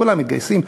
כולם מתגייסים,